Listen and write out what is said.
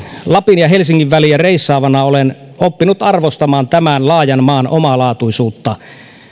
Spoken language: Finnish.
lapin ja helsingin väliä reissaavana olen oppinut arvostamaan tämän laajan maan omalaatuisuutta